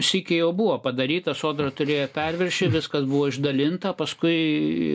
sykį jau buvo padaryta sodra turėjo perviršį viskas buvo išdalinta paskui